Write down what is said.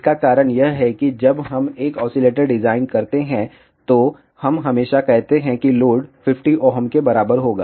इसका कारण यह है कि जब हम एक ऑसीलेटर डिजाइन करते हैं तो हम हमेशा कहते हैं कि लोड 50Ω के बराबर होगा